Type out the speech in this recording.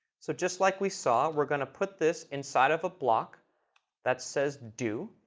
so. just like we saw, we're going to put this inside of a block that says do.